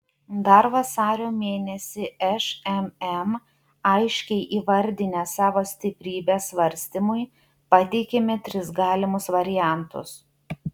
dar vasario mėnesį šmm aiškiai įvardinę savo stiprybes svarstymui pateikėme tris galimus variantus